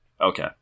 Okay